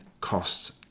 costs